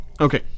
Okay